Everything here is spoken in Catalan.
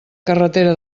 carretera